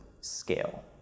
scale